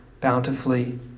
bountifully